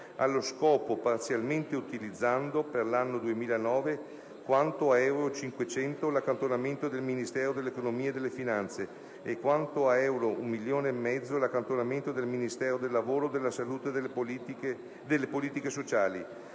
allo scopo parzialmente utilizzando, per l'anno 2009 quanto a euro 500.000 l'accantonamento del Ministero dell'economia e delle finanze e quanto a euro 1.500.000 l'accantonamento del Ministero del lavoro, della salute e delle politiche sociali,